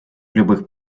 любых